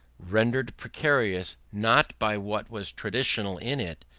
rendered precarious not by what was traditional in it,